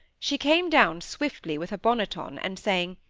she came down swiftly with her bonnet on, and saying,